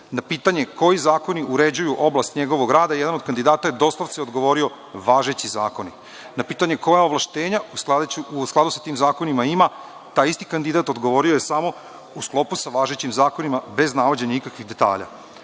na pitanje koji zakoni uređuju oblast njegovog rada, jedan od kandidata je doslovce odgovorio – važeći zakoni. Na pitanje – koja ovlašćenja u skladu sa tim zakonom ima, taj isti kandidat odgovorio je samo – u sklopu sa važećim zakonima, bez navođenja ikakvih detalja. Savet